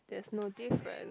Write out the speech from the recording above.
there's no difference